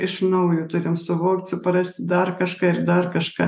iš naujo turim suvokt suprasti dar kažką ir dar kažką